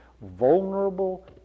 vulnerable